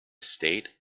state